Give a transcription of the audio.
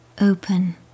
Open